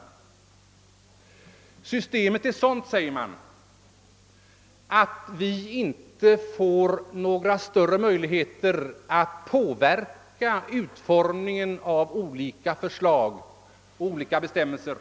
Man säger bl.a. att man inte har fått någon större möjlighet att påverka utformningen av olika förslag och bestämmelser.